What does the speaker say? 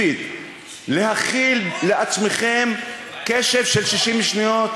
אשמח שתישארו.